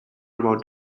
amount